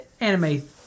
Anime